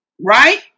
Right